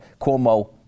Cuomo